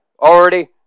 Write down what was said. Already